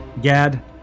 gad